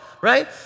right